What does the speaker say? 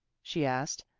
she asked.